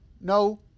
No